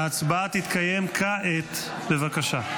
ההצבעה תתקיים כעת, בבקשה.